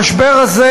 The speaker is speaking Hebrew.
המשבר הזה